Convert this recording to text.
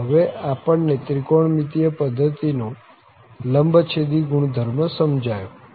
અને હવે આપણ ને ત્રિકોણમિતિય પધ્ધતિનો લંબછેદી ગુણધર્મ સમજાયો